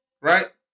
right